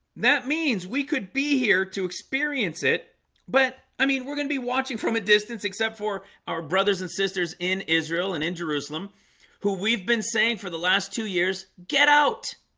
that means we could be here to experience it but i mean, we're gonna be watching from a distance except for our brothers and sisters in israel and in jerusalem who we've been saying for the last two years get out